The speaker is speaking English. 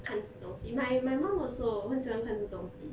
看这种戏 my my mum also 很喜欢看这种戏